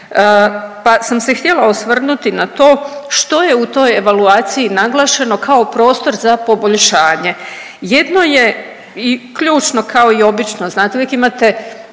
pa sam se htjela osvrnuti na to što je u toj evaluaciji naglašeno kao prostor za poboljšanje. Jedno je i ključno kao i obično, znate uvijek imate